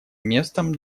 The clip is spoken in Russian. местом